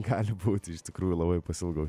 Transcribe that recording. gali būti iš tikrųjų labai pasiilgau